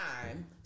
time